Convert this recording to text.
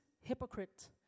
hypocrite